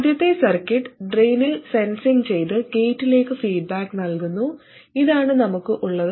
ആദ്യത്തെ സർക്യൂട്ട് ഡ്രെയിനിൽ സെൻസിംഗ് ചെയ്ത് ഗേറ്റിലേക്ക് ഫീഡ്ബാക്ക് നൽകുന്നു ഇതാണ് നമുക്ക് ഉള്ളത്